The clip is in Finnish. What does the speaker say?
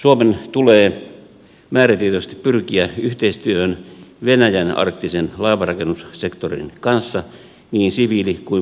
suomen tulee määrätietoisesti pyrkiä yhteistyöhön venäjän arktisen laivanrakennussektorin kanssa niin siviili kuin puolustushankinnoissakin